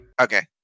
Okay